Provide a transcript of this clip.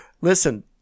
Listen